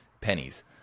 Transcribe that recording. pennies